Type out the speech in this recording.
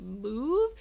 move